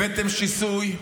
הבאתם שיסוי,